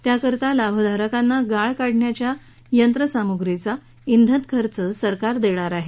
त्याकरता लाभधारकांना गाळ काढण्याच्या यंत्र सामुग्रीचा ब्रेन खर्च सरकार देणार आहे